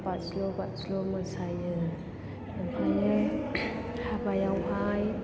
बाज्ल' बाज्ल' मोसायो ओमफ्राय हाबायावहाय